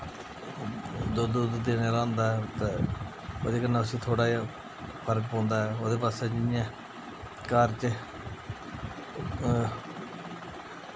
दुद्ध दद्ध देने आह्ला होंदा ऐ ते ओह्दे कन्नै उसी थोह्ड़ा जेहा फर्क पौंदा ऐ ओह्दे बास्तै जियां घर च